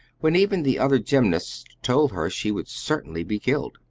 when even the other gymnasts told her she would certainly be killed.